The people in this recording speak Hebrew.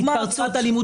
עבירת אלימות